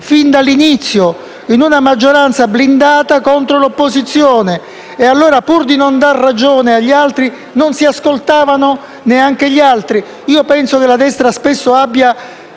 fin dall'inizio, in una maggioranza blindata contro l'opposizione, e allora pur di non dare ragione agli altri, non si ascoltavano neanche. Penso che la destra spesso abbia